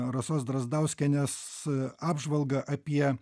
rasos drazdauskienės apžvalgą apie